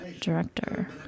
director